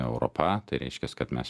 europa tai reiškias kad mes